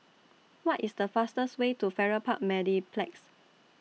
What IS The fastest Way to Farrer Park Mediplex